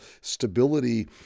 stability